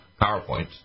PowerPoints